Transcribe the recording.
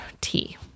tea